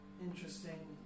interesting